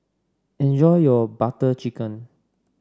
enjoy your Butter Chicken